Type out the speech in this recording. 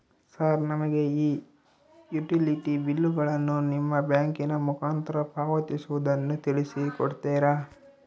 Sir ನಮಗೆ ಈ utility ಬಿಲ್ಲುಗಳನ್ನು ನಿಮ್ಮ ಬ್ಯಾಂಕಿನ ಮುಖಾಂತರ ಪಾವತಿಸುವುದನ್ನು ತಿಳಿಸಿ ಕೊಡ್ತೇರಾ?